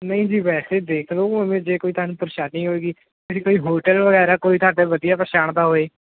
ਨਹੀਂ ਜੀ ਵੈਸੇ ਦੇਖ ਲਓ ਐਵੇਂ ਜੇ ਕੋਈ ਤੁਹਾਨੂੰ ਪਰੇਸ਼ਾਨੀ ਹੋਵੇਗੀ ਜਿਹੜੀ ਕੋਈ ਹੋਟਲ ਵਗੈਰਾ ਕੋਈ ਤੁਹਾਡੇ ਵਧੀਆ ਪਛਾਣ ਦਾ ਹੋਵੇ